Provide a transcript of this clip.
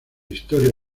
historia